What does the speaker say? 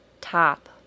top